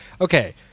okay